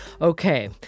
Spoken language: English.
Okay